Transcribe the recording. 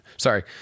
Sorry